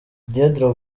didier